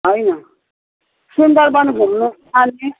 होइन सुन्दर वन घुम्नु जाने